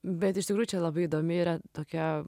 bet iš tikrųjų čia labai įdomi yra tokia